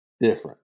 different